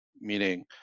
meaning